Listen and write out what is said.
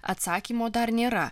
atsakymo dar nėra